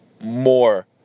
More